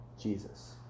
Jesus